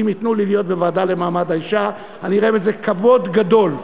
אם ייתנו לי להיות בוועדה למעמד האישה אני אראה בזה כבוד גדול.